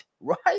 Right